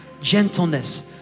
gentleness